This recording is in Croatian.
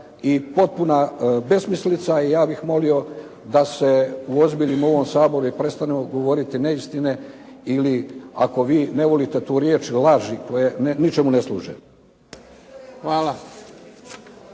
potpuna besmislica. I ja bih molio da se uozbiljimo u ovom Saboru i da prestanemo govoriti neistine. Ili ako vi ne volite tu riječ laži koje ničemu ne služe.